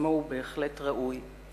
שכשלעצמו הוא בהחלט ראוי.